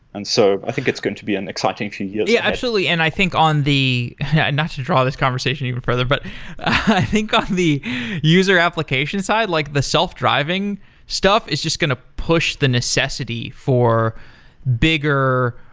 and so i think it's going to be an exciting few years head. yeah absolutely. and i think on the not to draw this conversation even further, but i think on the user application side, like the self-driving stuff is just going to push the necessity for bigger,